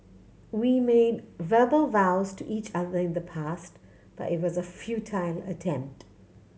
we made verbal vows to each other in the past but it was a futile attempt